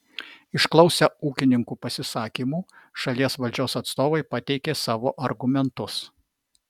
išklausę ūkininkų pasisakymų šalies valdžios atstovai pateikė savo argumentus